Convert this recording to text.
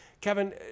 Kevin